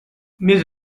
més